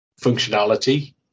functionality